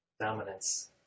dominance